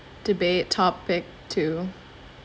debate topic two